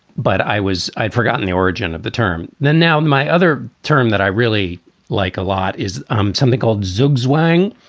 but i was i'd forgotten the origin of the term. then now my other term that i really like a lot is um something called zugzwang,